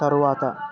తరువాత